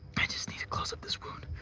i just need a close-up this wound